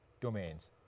domains